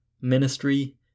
ministry